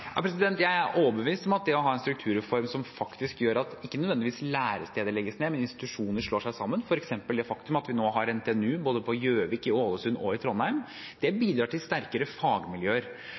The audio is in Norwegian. Jeg er overbevist om at det å ha en strukturreform som faktisk gjør at læresteder ikke nødvendigvis legges ned, men at institusjoner slår seg sammen, f.eks. det faktum at vi nå har NTNU på Gjøvik, i Ålesund og i Trondheim, bidrar til sterkere fagmiljøer.